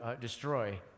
destroy